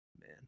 man